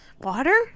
Water